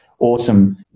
awesome